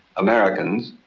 americans,